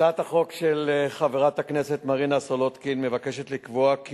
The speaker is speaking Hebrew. הצעת החוק של חברת הכנסת מרינה סולודקין מבקשת לקבוע כי